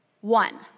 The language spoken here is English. One